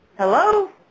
Hello